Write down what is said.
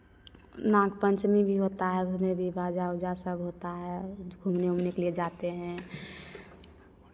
नाग पंचमी भी होता है उसमें भी बाजा ओजा सब होता है घूमने ऊमने के लिए जाते हैं